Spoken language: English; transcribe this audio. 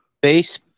Base